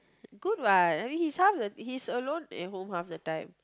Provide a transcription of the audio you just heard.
good what his house he's alone at home half the time